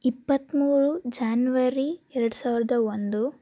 ಇಪ್ಪತ್ತ್ಮೂರು ಜಾನ್ವರಿ ಎರಡುಸಾವಿರದ ಒಂದು